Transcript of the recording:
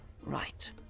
Right